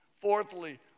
Fourthly